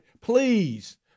Please